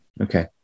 Okay